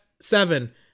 seven